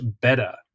better